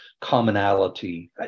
commonality